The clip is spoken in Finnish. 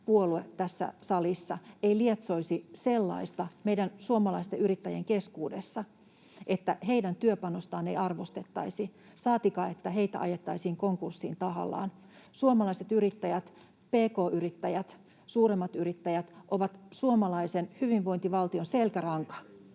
puolue tässä salissa ei lietsoisi meidän suomalaisten yrittäjien keskuudessa sellaista, että heidän työpanostaan ei arvostettaisi, saatikka, että heitä ajettaisiin konkurssiin tahallaan. Suomalaiset yrittäjät, pk-yrittäjät ja suuremmat yrittäjät, ovat suomalaisen hyvinvointivaltion selkäranka,